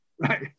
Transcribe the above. Right